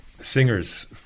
Singers